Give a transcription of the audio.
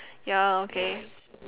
ya okay